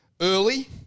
early